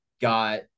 got